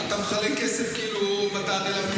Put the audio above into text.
מה אתה מחלק כסף כאילו אתה אראלה ממפעל הפיס.